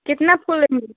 कितना फूल लेंगी